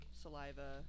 saliva